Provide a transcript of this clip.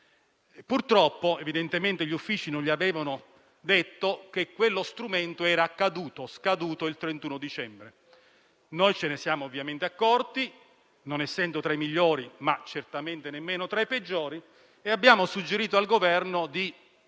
Evidentemente gli uffici non gli avevano detto che quello strumento era scaduto il 31 dicembre. Noi ce ne siamo accorti, non essendo tra i migliori ma certamente nemmeno tra i peggiori, e abbiamo suggerito al Governo di